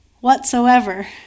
whatsoever